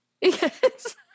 Yes